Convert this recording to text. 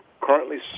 currently